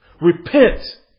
Repent